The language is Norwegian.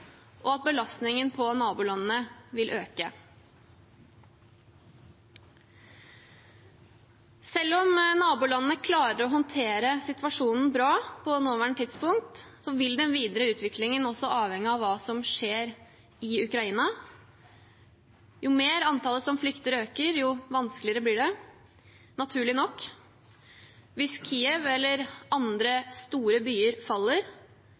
og at belastningen på nabolandene da vil øke. Selv om nabolandene klarer å håndtere situasjonen bra på nåværende tidspunkt, vil den videre utviklingen også avhenge av hva som skjer i Ukraina. Jo mer antallet som flykter, øker, jo vanskeligere blir det – naturlig nok. Hvis Kyiv eller andre store byer faller,